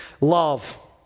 love